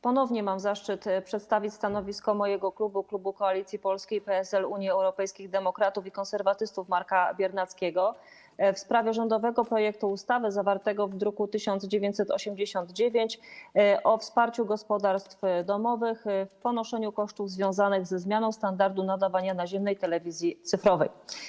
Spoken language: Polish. Ponownie mam zaszczyt przedstawić stanowisko mojego klubu, klubu Koalicji Polskiej - PSL, Unii Europejskich Demokratów, Konserwatystów, Marka Biernackiego, w sprawie rządowego projektu ustawy zawartego w druku nr 1989 o wsparciu gospodarstw domowych w ponoszeniu kosztów związanych ze zmianą standardu nadawania naziemnej telewizji cyfrowej.